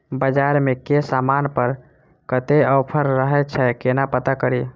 बजार मे केँ समान पर कत्ते ऑफर रहय छै केना पत्ता कड़ी?